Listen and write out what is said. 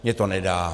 Mně to nedá.